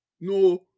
no